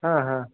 हं हं